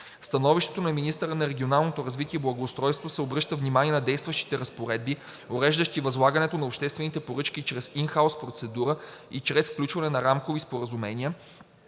становището на министъра на регионалното развитие и благоустройството се обръща внимание на действащите разпоредби, уреждащи възлагането на обществени поръчки чрез ин хаус процедура и чрез сключване на рамкови споразумения,